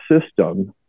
system